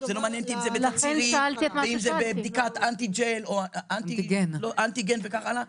זה לא מעניין אותי אם זה בתצהירים ואם זה בבדיקת אנטיגן וכך הלאה.